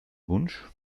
wunsch